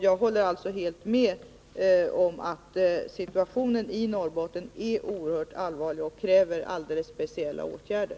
Jag håller alltså helt med om att situationen i Norrbotten är oerhört allvarlig och kräver alldeles speciella åtgärder.